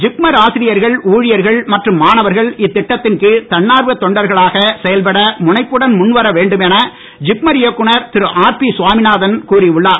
ஜிப்மர் ஆசிரியர்கள் ஊழியர்கள் மற்றும் மாணவர்கள் இத்திட்டத்தின் கீழ் தன்னார்வ தொண்டர்களாக செயல்பட முனைப்புடன் முன் வர வேண்டும் என ஜிப்மர் இயக்குனர் திரு ஆர்பி சுவாமிநாதன் கூறி உள்ளார்